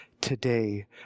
today